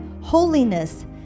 holiness